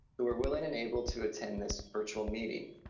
who are willing and able to attend this virtual meeting.